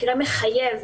מקרה מחייב,